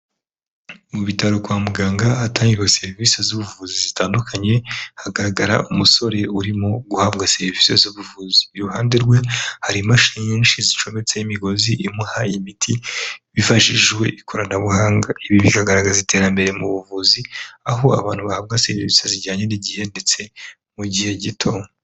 Mu bitaro kwa muganga ahatangirwa serivise z'ubuvuzi zitandukanye hagaragara umusore urimo guhabwa serivise z'ubuvuzi. Iruhande rwe hari imashini nyinshi zicometseho imigozi imuha imiti hifashishijwe ikoranabuhanga. Ibi bikagaragaza iterambere mu buvuzi, aho abantu bahabwa serivise zijyanye n'igihe ndetse mu gihe gito.